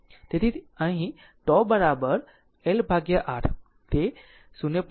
તેથી અને અહીં τ is L Rl એ 0